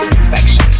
inspection